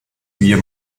wir